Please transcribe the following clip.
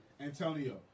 Antonio